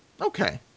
Okay